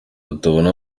atabona